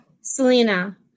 Selena